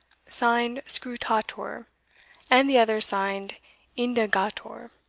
signed scrutator and the other signed indagator,